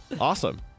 awesome